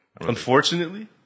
Unfortunately